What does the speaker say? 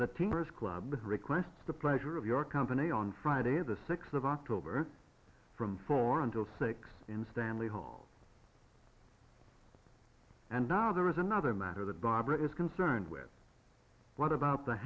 the teacher's club requests the pleasure of your company on friday the sixth of october from four until six in stanley hall and now there is another matter that barbara is concerned with what about the